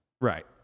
Right